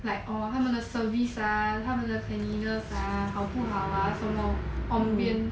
like orh 他们的 service ah 他们 cleanliness ah 好不好 ah 什么 ambience